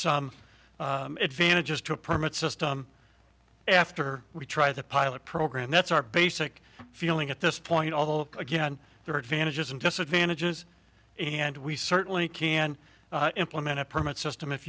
some advantages to a permit system after we try the pilot program that's our basic feeling at this point although again there are advantages and disadvantages and we certainly can implement a permit system if